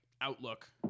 outlook